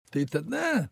tai tada